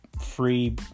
free